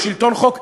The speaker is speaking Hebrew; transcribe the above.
לשלטון חוק,